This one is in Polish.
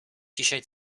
dzisiaj